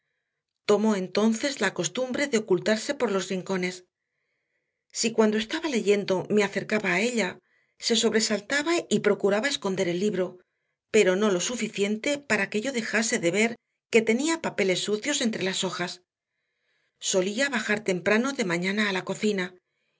tomó entonces la costumbre de ocultarse por los rincones si cuando estaba leyendo me acercaba a ella se sobresaltaba y procuraba esconder el libro pero no lo suficiente para que yo dejase de ver que tenía papeles sucios entre las hojas solía bajar temprano de mañana a la cocina